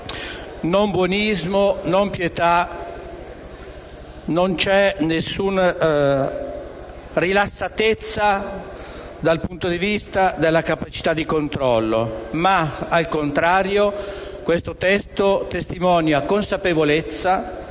di buonismo, né di pietà; non c'è alcuna rilassatezza dal punto di vista della capacità di controllo, ma, al contrario, questo testo testimonia consapevolezza,